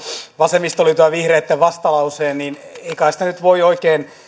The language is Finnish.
vasemmistoliiton ja vihreitten vastalauseen niin ei kai siitä nyt voi oikein muuta